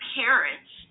parents